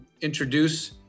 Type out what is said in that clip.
introduce